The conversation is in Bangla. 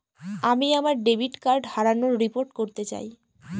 আমি আমার ডেবিট কার্ড হারানোর রিপোর্ট করতে চাই